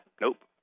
Nope